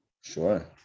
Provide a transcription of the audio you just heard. Sure